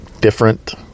different